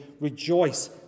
rejoice